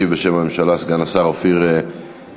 ישיב בשם הממשלה סגן השר אופיר אקוניס.